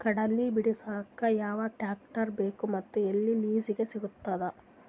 ಕಡಲಿ ಬಿಡಸಕ್ ಯಾವ ಟ್ರ್ಯಾಕ್ಟರ್ ಬೇಕು ಮತ್ತು ಎಲ್ಲಿ ಲಿಜೀಗ ಸಿಗತದ?